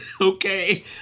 okay